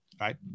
Right